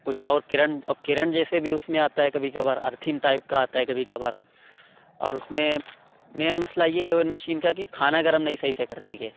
کچھ اور کرنٹ اور کرن جیسے بھی اس میں آتا ہے کبھی کبھار ارتھن ٹائپ کا آتا ہے کبھی کبھار اور اس میں مین مسئلہ یہ ہے اوون مشین کا کہ کھانا گرم نہیں صحیح سے کرتی ہے